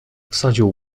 wsadził